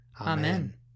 Amen